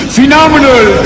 Phenomenal